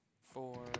four